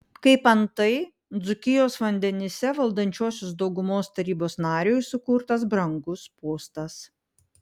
kaip antai dzūkijos vandenyse valdančiosios daugumos tarybos nariui sukurtas brangus postas